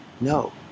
No